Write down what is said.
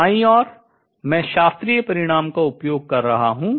दाईं ओर मैं शास्त्रीय परिणाम का उपयोग कर रहा हूँ